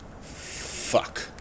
Fuck